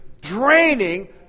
draining